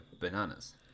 bananas